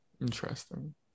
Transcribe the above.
Interesting